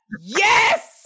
Yes